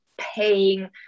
paying